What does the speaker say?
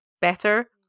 better